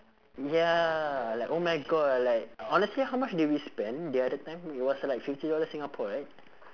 ya like oh my god like honestly how much did we spend the other time it was like fifty dollars singapore right